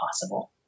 possible